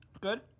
Good